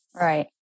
Right